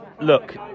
Look